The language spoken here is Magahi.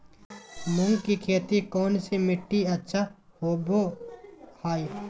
मूंग की खेती कौन सी मिट्टी अच्छा होबो हाय?